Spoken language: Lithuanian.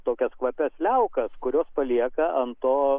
tokias kvapias liaukas kurios palieka ant to